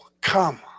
come